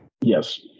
Yes